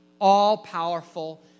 all-powerful